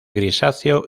grisáceo